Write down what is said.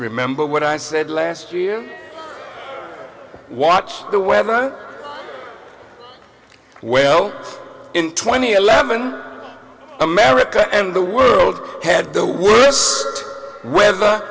remember what i said last year watch the weather well in twenty eleven america and the world had the worst weather